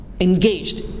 engaged